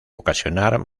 ocasionar